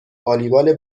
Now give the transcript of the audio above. والیبال